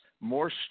more